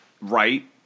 right